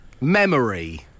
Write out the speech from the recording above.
Memory